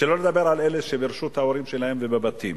שלא לדבר על אלה שברשות ההורים שלהם ובבתים.